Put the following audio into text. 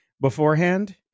beforehand